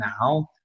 now